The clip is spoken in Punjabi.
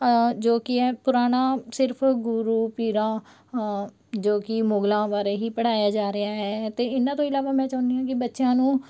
ਜੋ ਕਿ ਹੈ ਪੁਰਾਣਾ ਸਿਰਫ ਗੁਰੂ ਪੀਰਾਂ ਜੋ ਕਿ ਮੁਗਲਾਂ ਬਾਰੇ ਹੀ ਪੜ੍ਹਾਇਆ ਜਾ ਰਿਹਾ ਹੈ ਅਤੇ ਇਹਨਾਂ ਤੋਂ ਇਲਾਵਾ ਮੈਂ ਚਾਹੁੰਦੀ ਹਾਂ ਕਿ ਬੱਚਿਆਂ ਨੂੰ